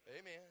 Amen